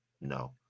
No